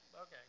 Okay